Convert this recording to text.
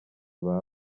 baba